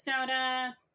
soda